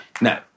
No